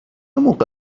موقع